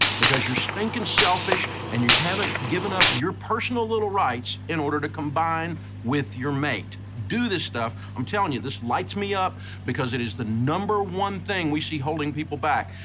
because you're stinking selfish and you haven't given up your personal little rights in order to combine with your mate. do this stuff. i'm telling you, this lights me up because it is the number one thing we see holding people back,